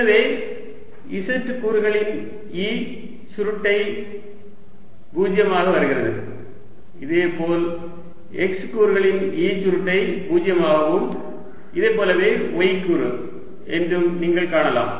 எனவே z கூறுகளின் E சுருட்டை 0 ஆக வருகிறது இதேபோல் x கூறுகளின் E சுருட்டை 0 ஆகவும் இதேபோலவே y கூறு என்றும் நீங்கள் காணலாம்